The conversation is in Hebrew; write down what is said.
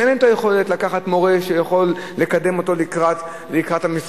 אין להם היכולת לקחת מורה שיכול לקדם אותו לקראת המבחנים.